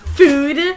food